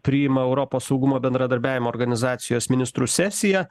priima europos saugumo bendradarbiavimo organizacijos ministrų sesiją